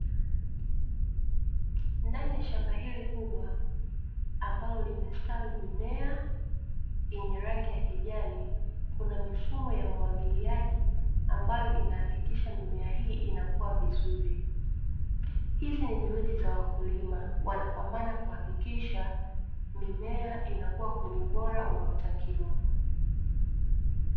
Ndani ya shamba hili kubwa ambalo limestawi mimea yenye rangi ya kijani, kuna mifumo ya umwagiliaji ambayo inahakikisha mimea hii inakua vizuri. Hizi ni juhudi za wakulima, wanapambana kuhakikisha mimea inakua kwenye ubora unaotakiwa.